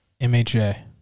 MHA